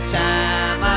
time